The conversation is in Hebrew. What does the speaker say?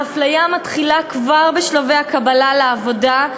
האפליה מתחילה כבר בשלבי הקבלה לעבודה,